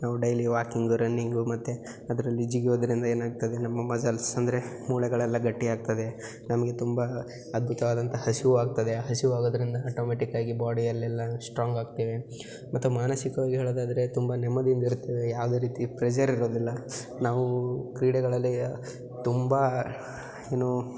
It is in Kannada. ನಾವು ಡೈಲಿ ವಾಕಿಂಗು ರನ್ನಿಂಗು ಮತ್ತು ಅದರಲ್ಲಿ ಜಿಗಿಯೋದರಿಂದ ಏನಾಗ್ತದೆ ನಮ್ಮ ಮಝಲ್ಸ್ ಅಂದರೆ ಮೂಳೆಗಳೆಲ್ಲ ಗಟ್ಟಿಯಾಗ್ತದೆ ನಮಗೆ ತುಂಬ ಅದ್ಭುತವಾದಂಥ ಹಸಿವು ಆಗ್ತದೆ ಹಸಿವು ಆಗೋದರಿಂದ ಆಟೋಮೆಟಿಕ್ ಆಗಿ ಬಾಡಿ ಅಲ್ಲೆಲ್ಲ ಸ್ಟ್ರಾಂಗ್ ಆಗ್ತೇವೆ ಮತ್ತು ಮಾನಸಿಕವಾಗಿ ಹೇಳೋದಾದರೆ ತುಂಬ ನೆಮ್ಮದಿಯಿಂದ ಇರ್ತೇವೆ ಯಾವುದೇ ರೀತಿ ಪ್ರೆಝರ್ ಇರೋದಿಲ್ಲ ನಾವು ಕ್ರೀಡೆಗಳಲ್ಲಿ ತುಂಬಾ ಏನು